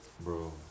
Bro